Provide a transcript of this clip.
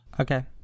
okay